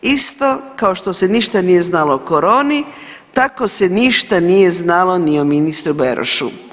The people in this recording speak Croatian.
Isto kao što se ništa nije znalo o koroni tako se ništa nije znalo ni o ministru Berošu.